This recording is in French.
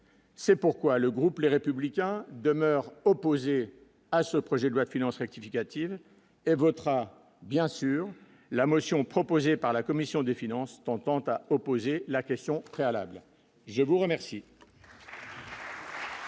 C'est pourquoi le groupe les républicains demeurent opposés à ce projet de loi de finances rectificative et votera bien sûr la motion proposée par la commission des finances, tente à opposer la question préalable, je vous remercie.